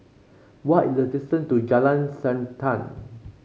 what is the distance to Jalan Srantan